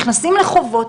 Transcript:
נכנסים לחובות.